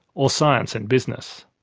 or science and business.